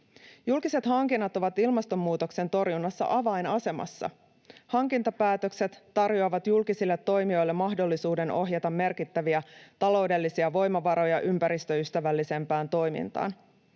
Julkiset hankinnat ovat ilmastonmuutoksen torjunnassa avainasemassa. Hankintapäätökset tarjoavat julkisille toimijoille mahdollisuuden ohjata merkittäviä taloudellisia voimavaroja ympäristöystävällisempään toimintaan.